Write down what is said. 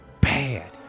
Bad